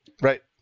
Right